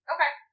Okay